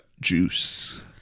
juice